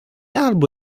albo